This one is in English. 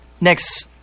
Next